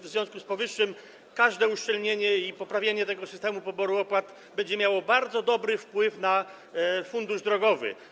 W związku z powyższym każde uszczelnienie i poprawienie systemu poboru opłat będzie miało bardzo dobry wpływ na fundusz drogowy.